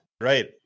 Right